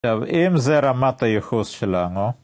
עכשיו, אם זה רמת היחוס שלנו...